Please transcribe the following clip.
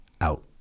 out